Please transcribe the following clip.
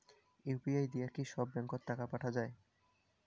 UPI দিয়া কি সব ব্যাংক ওত টাকা পাঠা যায়?